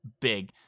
big